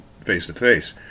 face-to-face